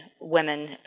women